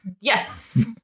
Yes